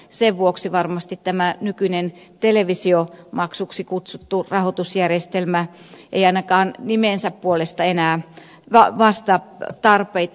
sen vuoksi varmasti tämä nykyinen televisiomaksuksi kutsuttu rahoitusjärjestelmä ei ainakaan nimensä puolesta enää vastaa tarpeita